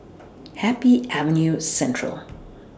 Happy Avenue Central